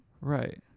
right